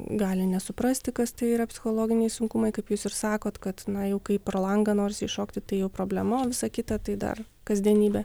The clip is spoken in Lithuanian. gali nesuprasti kas tai yra psichologiniai sunkumai kaip jūs ir sakot kad na jau kai pro langą norisi iššokti tai jau problema o visa kita tai dar kasdienybė